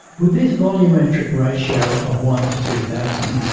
with this volumetric ratio of one to two thousand,